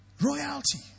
Royalty